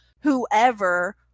whoever